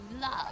love